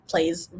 plays